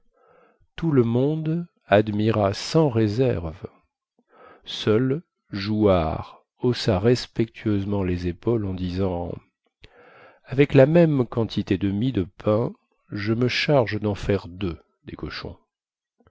tout le monde admira sans réserve seul jouard haussa respectueusement les épaules en disant avec la même quantité de mie de pain je me charge den faire deux des cochons